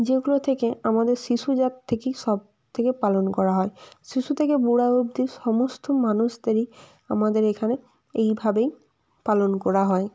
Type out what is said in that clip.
যেগুলো থেকে আমাদের শিশুজাত থেকেই সবথেকে পালন করা হয় শিশু থেকে বুড়া অবধি সমস্ত মানুষদেরই আমাদের এখানে এইভাবেই পালন করা হয়